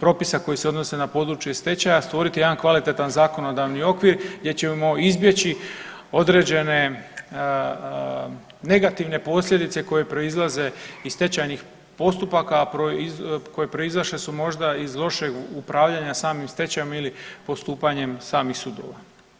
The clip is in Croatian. propisa koji se odnose na područje stečaja stvoriti jedan kvalitetan zakonodavni okvir gdje ćemo izbjeći određene negativne posljedice koje proizlaze iz stečajnih postupaka, a koje proizašle su možda iz lošeg upravljanja samim stečajem ili postupanjem samih sudova.